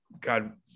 God